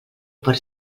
per